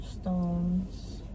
stones